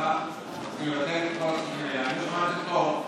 אני לא שמעתי אותו מדבר,